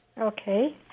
Okay